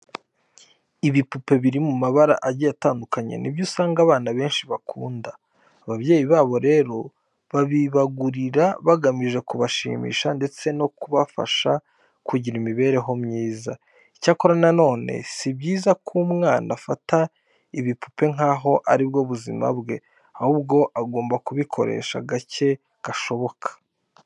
Ibipupe biri mu mabara agiye atandukanye ni byo usanga abana benshi bakunda. Ababyeyi babo rero babibagurira bagamije kubashimisha ndetse no kubafasha kugira imibereho myiza. Icyakora na none si byiza ko umwana afata ibipupe nkaho ari bwo buzima bwe, ahubwo agomba kubikoresha gake gashoboka.